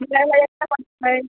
मलाई ओलाई अच्छा पड़ता है